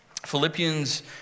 Philippians